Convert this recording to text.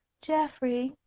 geoffrey!